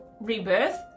rebirth